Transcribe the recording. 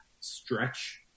Stretch